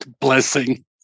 Blessing